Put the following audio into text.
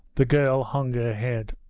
the girl hung her head.